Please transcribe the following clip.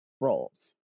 roles